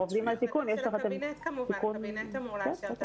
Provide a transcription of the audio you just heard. זה הקבינט אמור לאשר.